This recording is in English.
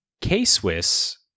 K-Swiss